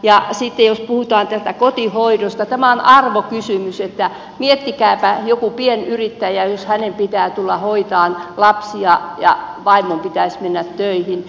ja sitten jos puhutaan tästä kotihoidosta tämä on arvokysymys että miettikääpä pienyrittäjää jos hänen pitää tulla hoitamaan lapsia ja vaimon pitäisi mennä töihin